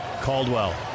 Caldwell